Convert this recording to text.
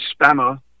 Spammer